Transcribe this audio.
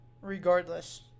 Regardless